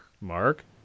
Mark